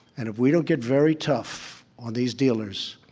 and if we don't get very tough on these dealers,